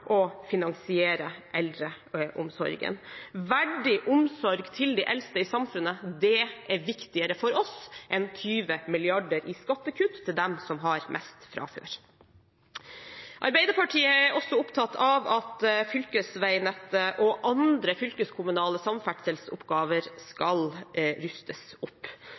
å finansiere eldreomsorgen. Verdig omsorg for de eldste i samfunnet er viktigere for oss enn 20 mrd. kr i skattekutt til dem som har mest fra før. Arbeiderpartiet er også opptatt av at fylkesveinettet og andre fylkeskommunale samferdselsoppgaver skal rustes opp.